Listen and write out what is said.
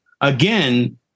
again